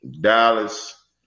Dallas